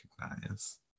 recognize